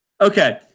Okay